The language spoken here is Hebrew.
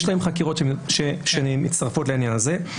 יש להם חקירות שמצטרפות לעניין הזה.